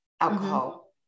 alcohol